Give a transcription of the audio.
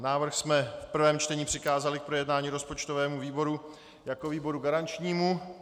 Návrh jsme v prvém čtení přikázali k projednání rozpočtovému výboru jako výboru garančnímu.